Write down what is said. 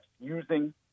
using